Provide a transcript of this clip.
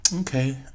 okay